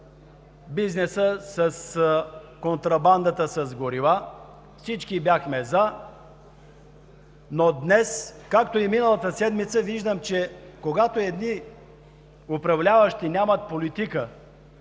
бизнеса с контрабандата с горива, всички бяхме „за“. Но днес, както и миналата седмица, виждам, че когато едни управляващи нямат политика,